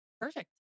perfect